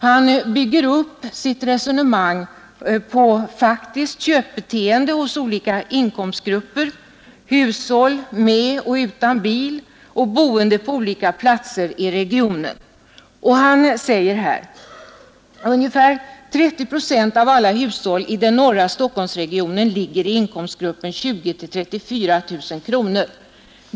Han bygger upp sitt resonemang på faktiskt köpbeteende hos olika inkomstgrupper, hushåll med och utan bil och boende på olika platser i regionen, och han säger: ”Ungefär 30 70 av alla hushåll i den norra Stockholmsregionen ligger i inkomstgruppen 20—34 tkr.